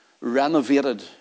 renovated